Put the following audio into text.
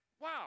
wow